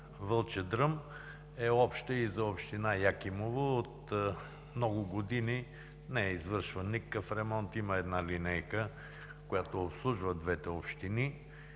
Вълчедръм е обща и за община Якимово. От много години не е извършван никакъв ремонт – има една линейка, която обслужва двете общини.